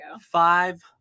five